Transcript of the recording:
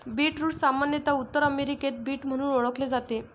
beetroot सामान्यत उत्तर अमेरिकेत बीट म्हणून ओळखले जाते